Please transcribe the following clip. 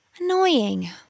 Annoying